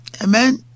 Amen